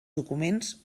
documents